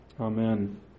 Amen